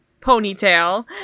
ponytail